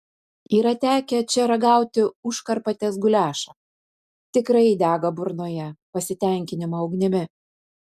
yra tekę čia ragauti užkarpatės guliašą tikrai dega burnoje pasitenkinimo ugnimi